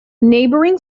neighbouring